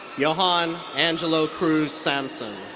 johann angelo cruz samson.